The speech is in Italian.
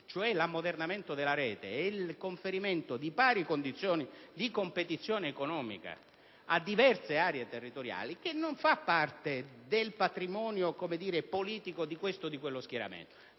come l'ammodernamento della rete e il conferimento di pari condizioni di competizione economica a diverse aree territoriali, non fanno parte del patrimonio politico di questo o quello schieramento,